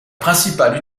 principale